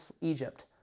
Egypt